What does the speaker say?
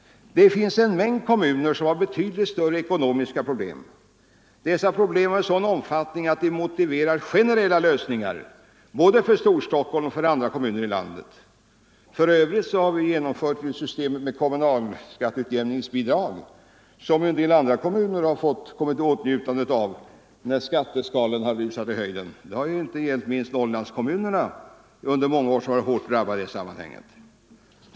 Det finns en mängd kommuner som har betydligt större ekonomiska problem. Dessa problem är av sådan omfattning att de motiverar generella lösningar både för Storstockholm och för andra kommuner i landet. Vi har ju för övrigt genomfört systemet med kommunalskatteutjämningsbidrag, vilket en del kommuner har kommit i åtnjutande av när skatteskalorna har rusat i höjden. Så har varit fallet inte minst med Norrlandskommunerna, som under många år varit hårt drabbade i det sammanhanget.